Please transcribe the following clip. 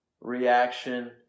reaction